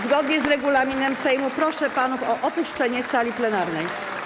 Zgodnie z regulaminem Sejmu proszę panów o opuszczenie sali plenarnej.